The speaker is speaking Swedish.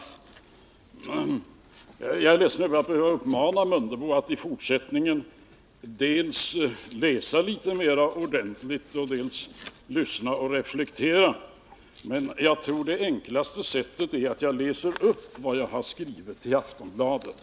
Jag är ledsen att behöva uppmana herr Mundebo att i fortsättningen dels läsa litet mera ordentligt, dels lyssna och reflektera. Jag tror att det enklaste är att läsa upp vad jag skrev i Aftonbladet.